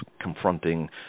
confronting